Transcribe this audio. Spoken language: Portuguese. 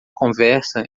conversa